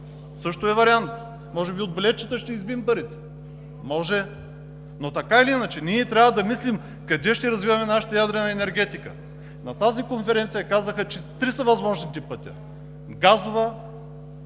Също е вариант. Може би от билетчета ще избием парите. Може! Но така или иначе ние, трябва да мислим къде ще развиваме нашата ядрена енергетика. На тази конференция казаха, че възможните пътища са